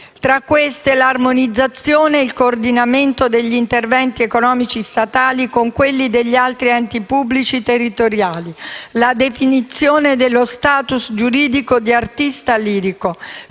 Tra queste: l'armonizzazione e il coordinamento degli interventi economici statali con quelli degli altri enti pubblici territoriali; la definizione dello *status* giuridico di artista lirico,